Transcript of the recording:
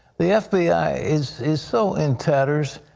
the f b i. is is so in tatters.